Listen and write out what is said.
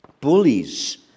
bullies